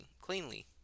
cleanly